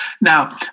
now